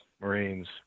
Marines